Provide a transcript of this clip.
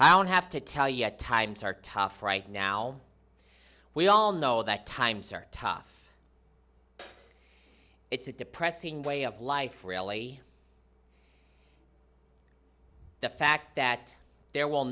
i have to tell you at times are tough right now we all know that times are tough it's a depressing way of life really the fact that there will